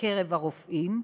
בקרב הרופאים.